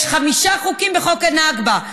יש חמישה חוקים בחוק הנכבה,